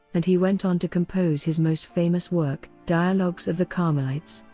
and he went on to compose his most famous work dialogues of the carmelites.